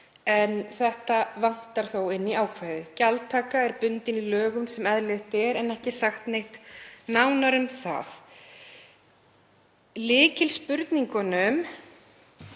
en þetta vantar þó inn í ákvæðið. Gjaldtaka er bundin í lög sem eðlilegt er en ekki sagt neitt nánar um það. Lykilspurningunum,